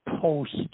post